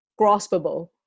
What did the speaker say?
graspable